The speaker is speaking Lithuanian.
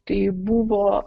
tai buvo